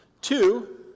Two